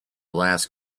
last